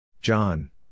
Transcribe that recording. John